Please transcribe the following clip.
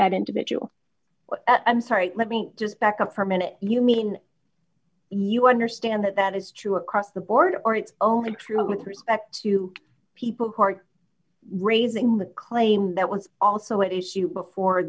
that individual i'm sorry let me just back up for a minute you mean you understand that that is true across the board or its own true with respect to people who are raising the claim that was also an issue before